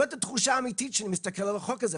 זאת התחושה האמיתית כשאני מסתכל על החוק הזה.